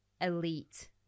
elite